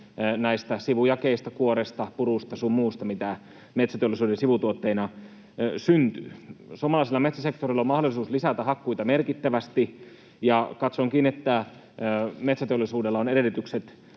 näistä sivujakeista: kuoresta, purusta sun muusta, mitä metsäteollisuuden sivutuotteina syntyy. Suomalaisella metsäsektorilla on mahdollisuus lisätä hakkuita merkittävästi, ja katsonkin, että metsäteollisuudella on edellytykset